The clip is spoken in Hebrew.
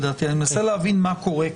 אני מנסה להבין מה קורה כאן.